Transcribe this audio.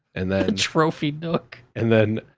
and the trophy nook. and then,